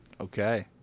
Okay